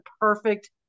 perfect